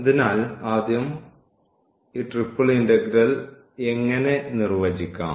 അതിനാൽ ആദ്യം ഈ ട്രിപ്പിൾ ഇന്റഗ്രൽ എങ്ങനെ നിർവചിക്കാം